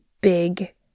big